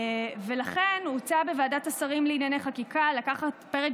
ולכן הוצע בוועדת השרים לענייני חקיקה לקחת פרק